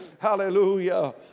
hallelujah